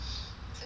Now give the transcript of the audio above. it's okay